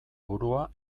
burua